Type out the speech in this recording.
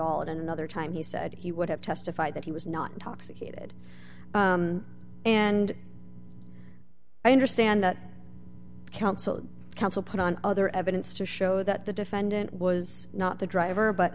all and another time he said he would have testified that he was not intoxicated and i understand that counsel counsel put on other evidence to show that the defendant was not the driver but